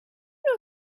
know